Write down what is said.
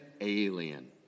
alien